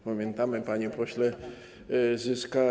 Pamiętamy, panie pośle Zyska.